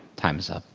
time is up.